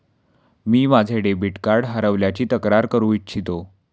मी माझे debit card हरवल्याची तक्रार करू इच्छितो